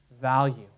value